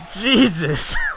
Jesus